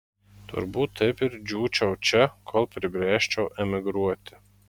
turbūt taip ir džiūčiau čia kol pribręsčiau emigruoti